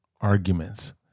arguments